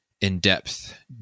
in-depth